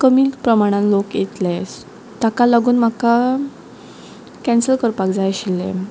कमी प्रमाणान लोक येतले ताका लागून म्हाका कँसल करपाक जाय आशिल्लें